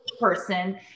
person